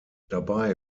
dabei